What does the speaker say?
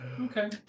Okay